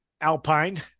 Alpine